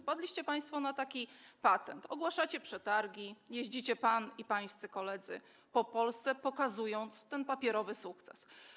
Wpadliście państwo na taki patent: ogłaszacie przetargi, jeździcie, pan i pańscy koledzy, po Polsce, pokazując ten papierowy sukces.